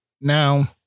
Now